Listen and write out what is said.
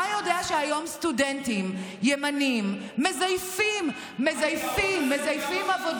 אתה יודע שהיום סטודנטים ימנים מזייפים עבודות